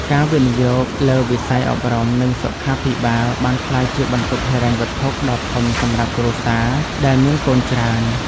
ការវិនិយោគលើវិស័យអប់រំ និងសុខាភិបាលបានក្លាយជាបន្ទុកហិរញ្ញវត្ថុដ៏ធំសម្រាប់គ្រួសារដែលមានកូនច្រើន។